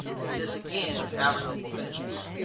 and this again is average level of finishes.